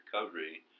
Recovery